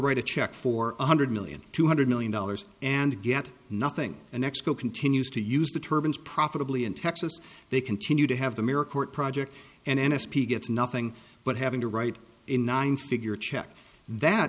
write a check for one hundred million two hundred million dollars and get nothing and mexico continues to use the turbans profitably in texas they continue to have the mirror court project and n s p gets nothing but having to write in nine figure check that